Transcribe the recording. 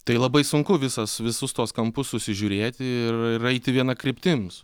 tai labai sunku visas visus tuos kampus susižiūrėti ir ir eiti viena kryptim su